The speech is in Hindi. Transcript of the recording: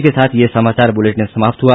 इसी के साथ ये समाचार बुलेटिन समाप्त हुआ